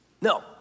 No